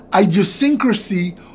idiosyncrasy